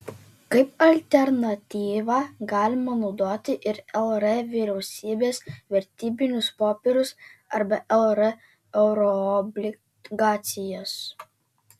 kaip alternatyvą galima naudoti ir lr vyriausybės vertybinius popierius arba lr euroobligacijas